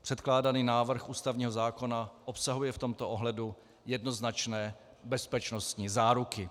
Předkládaný návrh ústavního zákona obsahuje v tomto ohledu jednoznačné bezpečnostní záruky.